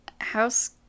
House